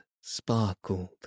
sparkled